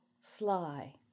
sly